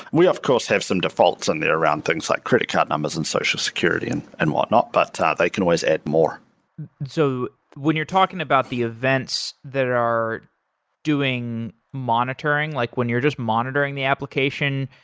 we of course have some defaults on there around things like credit card numbers and social security and and whatnot, but they can always add more so when you're talking about the events that are doing monitoring, like when you're just monitoring the application,